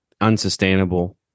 unsustainable